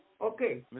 Okay